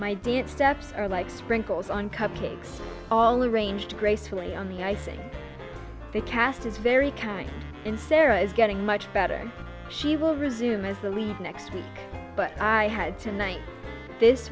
dance steps are like sprinkles on cupcakes all arranged gracefully on the icing the cast is very kind and sarah is getting much better she will resume as the lead next week but i had tonight this